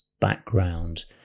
background